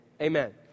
amen